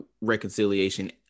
reconciliation